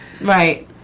Right